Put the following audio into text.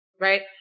right